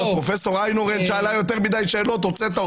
פרופ' איינהורן שאלה יותר מדי שאלות, הוצאת אותה.